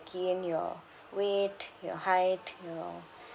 key in your weight your height your